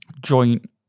joint